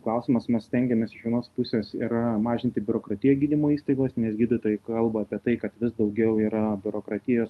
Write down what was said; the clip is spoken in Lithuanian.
klausimas mes stengiamės iš vienos pusės yra mažinti biurokratiją gydymo įstaigos nes gydytojai kalba apie tai kad vis daugiau yra biurokratijos